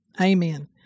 amen